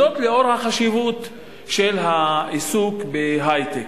זאת לאור החשיבות של העיסוק בהיי-טק.